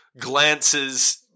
glances